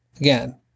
again